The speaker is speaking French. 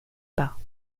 pas